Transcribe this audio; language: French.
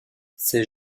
ces